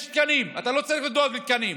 יש תקנים, אתה לא צריך לדאוג לתקנים,